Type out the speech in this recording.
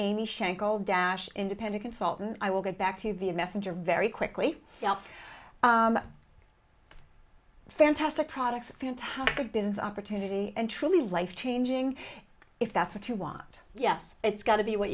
any schenkel down independent consultant i will get back to the messenger very quickly they are fantastic products fantastic business opportunity and truly life changing if that's what you want yes it's got to be what